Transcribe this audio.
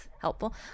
helpful